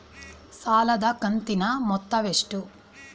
ಸಾಲದ ಕಂತಿನ ಮೊತ್ತ ಎಷ್ಟು?